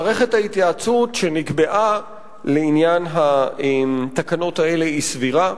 מערכת ההתייעצות שנקבעה לעניין התקנות האלה היא סבירה,